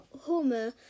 Homer